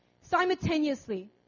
Simultaneously